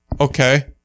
Okay